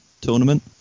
tournament